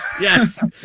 Yes